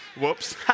whoops